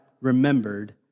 remembered